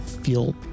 feel